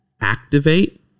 activate